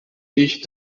ich